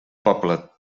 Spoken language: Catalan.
poble